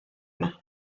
yma